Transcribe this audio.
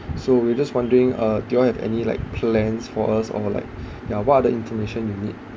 so we just wondering uh do you all have any like plans for us or like yeah what are the information you need